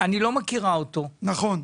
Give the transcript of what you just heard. אני לא מכירה אותו -- נכון.